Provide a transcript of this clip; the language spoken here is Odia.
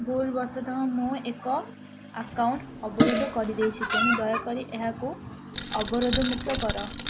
ଭୁଲ ବଶତଃ ମୁଁ ଏକ ଆକାଉଣ୍ଟ ଅବରୋଧ କରିଦେଇଛି ତେଣୁ ଦୟାକରି ଏହାକୁ ଅବରୋଧମୁକ୍ତ କର